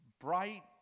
bright